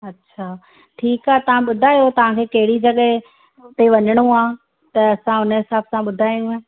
अच्छा ठीकु आहे तव्हां ॿुधायो तव्हां खे कहिड़ी जॻहि ते वञिणो आहे त असां हुनजे हिसाब सां ॿुधायूं